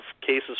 cases